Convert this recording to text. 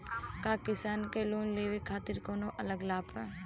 का किसान के लोन लेवे खातिर कौनो अलग लाभ बा?